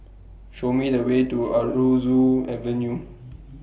Show Me The Way to Aroozoo Avenue